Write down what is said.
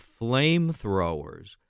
flamethrowers